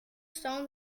stauen